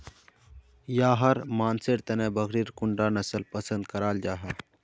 याहर मानसेर तने बकरीर कुंडा नसल पसंद कराल जाहा?